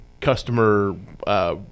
customer